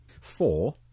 Four